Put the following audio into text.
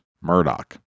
Murdoch